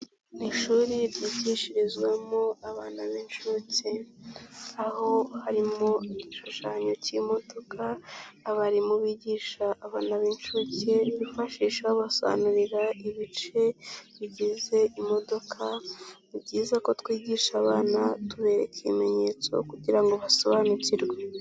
Mu ishuri ryishirizwamo abana b'incuke, aho hari mu gishushanyo cy'imodoka abarimu bigisha abana b'incuke bifashisha babasobanurira ibice bigize imodoka, ni byiza ko twigisha abana tubereka ikimenyetso kugira ngo basobanukirwe.